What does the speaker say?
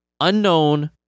unknown